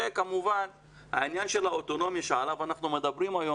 כמובן העניין של האוטונומיה עליו אנחנו מדברים היום,